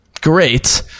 great